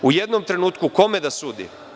U jednom trenutku kome da sudi?